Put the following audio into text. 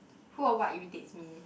who or what irritates me